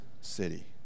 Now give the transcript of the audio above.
city